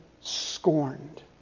scorned